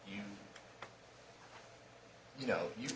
you know you